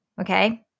Okay